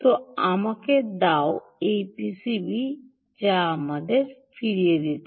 তো আমাকে দাও এই পিসিবি ফিরিয়ে দিন